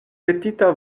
metita